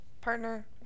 partner